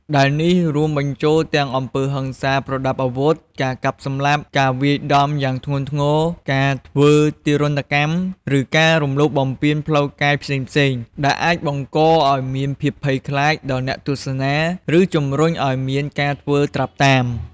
ដែលនេះរួមបញ្ចូលទាំងអំពើហិង្សាប្រដាប់អាវុធ ការកាប់សម្លាប់ ការវាយដំយ៉ាងធ្ងន់ធ្ងរ ការធ្វើទារុណកម្ម ឬការរំលោភបំពានផ្លូវកាយផ្សេងៗ ដែលអាចបង្កឲ្យមានភាពភ័យខ្លាចដល់អ្នកទស្សនា ឬជំរុញឲ្យមានការធ្វើត្រាប់តាម។